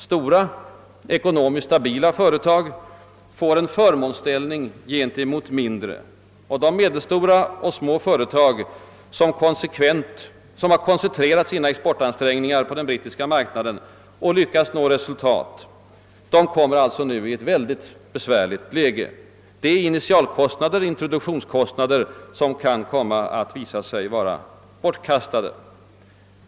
Stora, ekonomiskt stabila företag får en förmånsställning gentemot mindre, och de medelstora och små företag som koncentrerat sina exportansträngningar på den brittiska marknaden och lyckats nå resultat kommer i ett besvärligt läge. Initialkostnader och introduktionskostnader kan visa sig vara bortkastade.